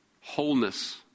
Wholeness